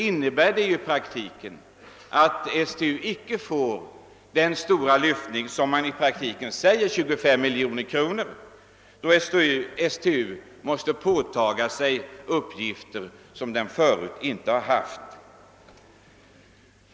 I praktiken får inte STU den stora höjning på 25 miljoner kronor som det ser ut att vara, eftersom STU skall åta sig uppgifter som den förut inte haft.